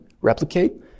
replicate